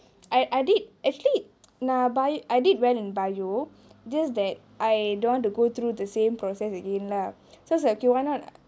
I I did actually ah I did well in biology just that I don't want to go through the same process again lah so I was like okay why not